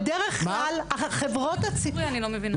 איך זה רלוונטי לדיור הציבורי אני לא מבינה?